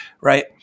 right